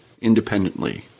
independently